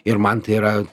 ir man tai yra